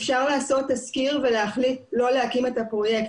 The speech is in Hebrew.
אפשר לעשות תסקיר ולהחליט לא להקים את הפרויקט.